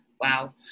wow